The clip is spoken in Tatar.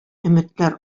өметләр